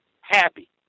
happy